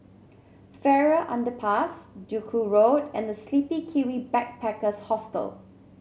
Farrer Underpass Duku Road and The Sleepy Kiwi Backpackers Hostel